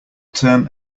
term